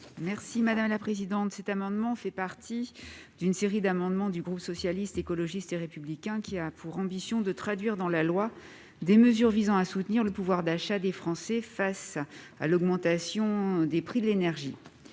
Mme Isabelle Briquet. Cet amendement fait partie d'une série d'amendements du groupe Socialiste, Écologiste et Républicain qui ont pour objet d'inscrire dans la loi des mesures soutenant le pouvoir d'achat des Français face à l'augmentation des prix de l'énergie.